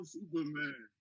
Superman